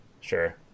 Sure